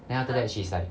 then after that she's like